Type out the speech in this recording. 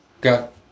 got